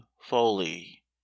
Foley